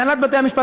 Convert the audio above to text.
הנהלת בתי-המשפט,